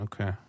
Okay